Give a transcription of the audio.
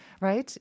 right